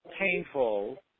painful